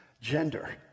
gender